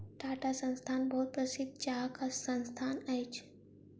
टाटा संस्थान बहुत प्रसिद्ध चाहक संस्थान अछि